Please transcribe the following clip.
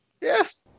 Yes